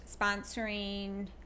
sponsoring